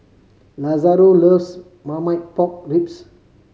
Lazaro loves Marmite Pork Ribs